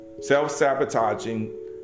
Self-sabotaging